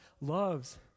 loves